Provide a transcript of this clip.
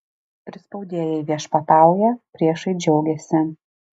prispaudėjai viešpatauja priešai džiaugiasi